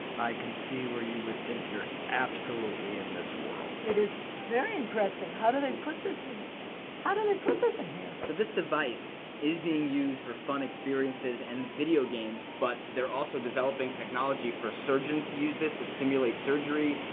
i can see, where you would think you're absolutely in this world. it is very impressive. how do they put this in how do they put this in here? so this device is being used for fun experiences and video games. but they're also developing technology for surgeons to use this to simulate surgery,